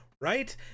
Right